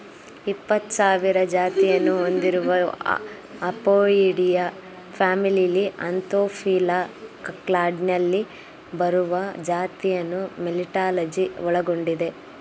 ಇಪ್ಪತ್ಸಾವಿರ ಜಾತಿಯನ್ನು ಹೊಂದಿರುವ ಅಪೊಯಿಡಿಯಾ ಫ್ಯಾಮಿಲಿಲಿ ಆಂಥೋಫಿಲಾ ಕ್ಲಾಡ್ನಲ್ಲಿ ಬರುವ ಜಾತಿಯನ್ನು ಮೆಲಿಟಾಲಜಿ ಒಳಗೊಂಡಿದೆ